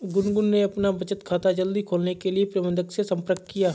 गुनगुन ने अपना बचत खाता जल्दी खोलने के लिए प्रबंधक से संपर्क किया